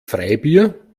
freibier